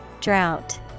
Drought